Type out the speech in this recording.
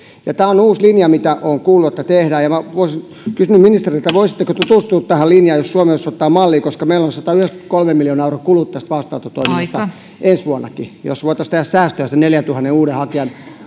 tämä on uusi linja mitä olen kuullut että tehdään ja minä olisin kysynyt ministeriltä voisitteko tutustua tähän linjaan josta suomi voisi ottaa mallia koska meillä on sadanyhdeksänkymmenenkolmen miljoonan euron kulut tästä vastaanottotoiminnasta ensi vuonnakin jos voitaisiin tehdä säästöä sen neljäntuhannen uuden hakijan